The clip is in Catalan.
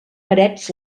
parets